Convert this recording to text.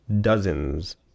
dozens